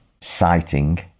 citing